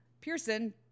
Pearson